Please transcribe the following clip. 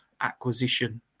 acquisition